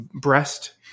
breast